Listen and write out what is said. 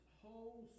whole